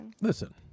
Listen